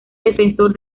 defensor